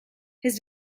his